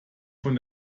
von